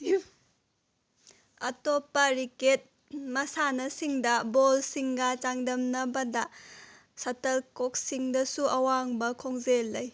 ꯑꯇꯣꯞꯄ ꯔꯤꯀꯦꯠ ꯃꯁꯥꯟꯅꯁꯤꯡꯗ ꯕꯣꯜꯁꯤꯡꯒ ꯆꯥꯡꯗꯝꯅꯕꯗ ꯁꯠꯇꯜ ꯀꯣꯛꯁꯤꯡꯗꯁꯨ ꯑꯋꯥꯡꯕ ꯈꯣꯡꯖꯦꯜ ꯂꯩ